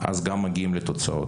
אז גם מגיעים לתוצאות.